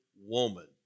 woman